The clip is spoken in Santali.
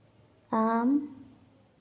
ᱟᱢ